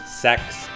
sex